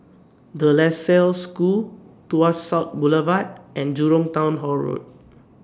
De La Salle School Tuas South Boulevard and Jurong Town Hall Road